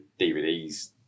DVDs